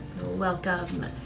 Welcome